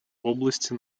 области